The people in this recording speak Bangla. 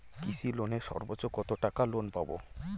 কৃষি লোনে সর্বোচ্চ কত টাকা লোন পাবো?